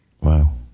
Wow